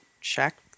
check